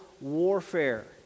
warfare